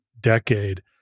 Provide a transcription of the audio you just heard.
decade